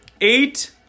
Eight